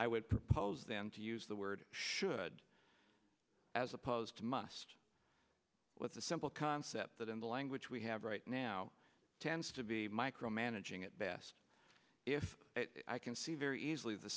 i would propose them to use the word should as opposed to must with a simple concept that in the language we have right now tends to be micromanaging at best if i can see very easily the